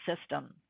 system